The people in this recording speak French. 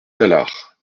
tallard